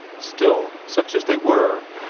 still, such as they were,